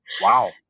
Wow